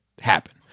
happen